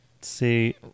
See